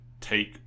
take